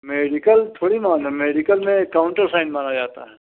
medical थोड़ी न मतलब मेडिकल में काउंटर साइन मांगा जाता है